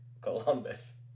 Columbus